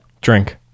Drink